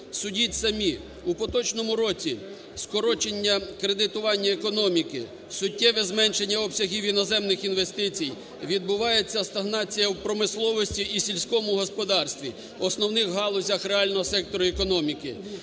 Судіть самі, у поточному році скорочення кредитування економіки, суттєве зменшення обсягів іноземних інвестицій, відбувається стагнація у промисловості і сільському господарстві, основних галузях реального сектору економіки